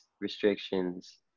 restrictions